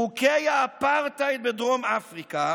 חוקי האפרטהייד בדרום אפריקה